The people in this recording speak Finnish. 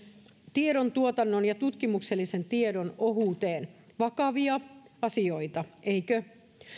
tiedontuotannon ja tutkimuksellisen tiedon ohuuteen vakavia asioita eikö